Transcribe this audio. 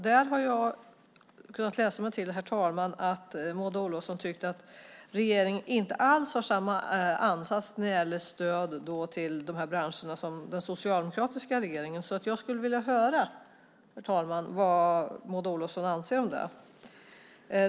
Där har jag kunnat läsa mig till att Maud Olofsson tyckt att regeringen inte alls har samma ansats när det gäller stöd till de här branscherna som den socialdemokratiska regeringen. Herr talman! Jag skulle vilja höra vad Maud Olofsson anser om det.